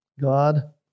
God